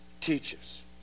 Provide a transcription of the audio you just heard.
teaches